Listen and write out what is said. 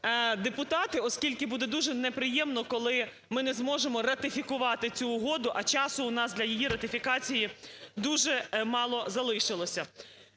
оскільки буде дуже неприємно, коли ми не зможемо ратифікувати цю угоду, а часу у нас для її ратифікації дуже мало залишилося.